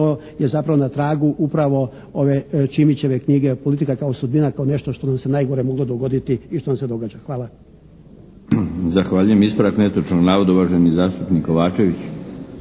to je zapravo na tragu upravo ove Ćimićeve knjige, politika kao sudbina, kao nešto što nam se najgore moglo dogoditi i što nam se događa. Hvala. **Milinović, Darko (HDZ)** Zahvaljujem. Ispravak netočnog navoda, uvaženi zastupnik Kovačević.